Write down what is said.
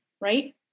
right